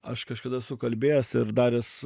aš kažkada esu kalbėjęs ir daręs